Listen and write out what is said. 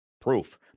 proof